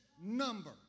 number